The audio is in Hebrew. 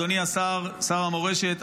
אדוני שר המורשת,